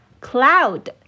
cloud